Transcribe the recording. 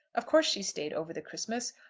of course she stayed over the christmas,